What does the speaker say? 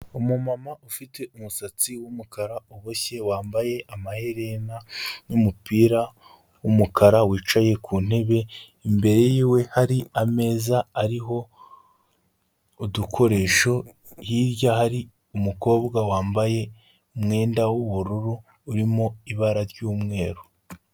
Umumama ufite umusatsi w'umukara uboshye wambaye amaherena n'umupira w'umukara wicaye ku ntebe, imbere yiwe hari ameza ariho udukoresho, hirya hari umukobwa wambaye umwenda w'ubururu urimo ibara ry'umweru.